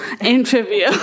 interview